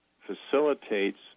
facilitates